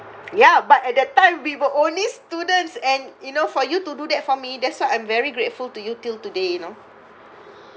ya but at that time we were only students and you know for you to do that for me that's why I'm very grateful to you till today you know